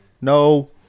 No